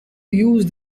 use